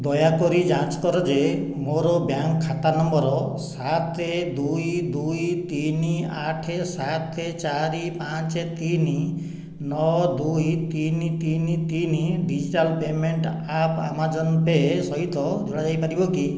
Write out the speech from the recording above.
ଦୟାକରି ଯାଞ୍ଚ କର ଯେ ମୋର ବ୍ୟାଙ୍କ୍ ଖାତା ନମ୍ବର ସାତ ଦୁଇ ଦୁଇ ତିନି ଆଠ ସାତ ଚାରି ପାଞ୍ଚ ତିନି ନଅ ଦୁଇ ତିନି ତିନି ତିନି digital payment app Amazon Pay ସହିତ ଯୋଡ଼ା ଯାଇପାରିବ କି